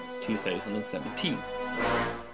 2017